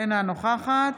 אינה נוכחת